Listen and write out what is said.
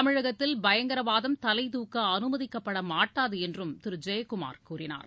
தமிழகத்தில் பயங்கரவாதம் தலைதூக்க அனுமதிக்கப்படமாட்டாது என்றும் திருஜெயகுமார் கூறினார்